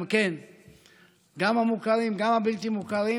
גם המוכרים וגם הבלתי-מוכרים,